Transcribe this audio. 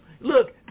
Look